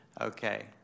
Okay